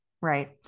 Right